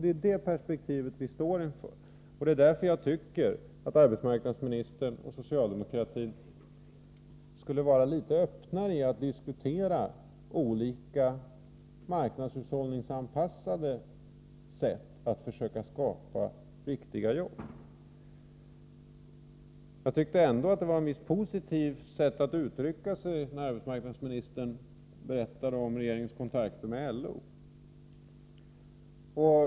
Det är detta perspektiv vi står inför, och det är därför jag tycker att arbetsmarknadsministern och socialdemokratin skulle vara litet öppnare i fråga om att diskutera olika marknadshushållningsanpassade sätt att skapa riktiga jobb. Jag tycker ändå att det var ett i viss mån positivt sätt att uttrycka sig när arbetsmarknadsministern berättade om regeringens kontakter med LO.